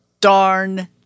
darn